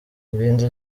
irindi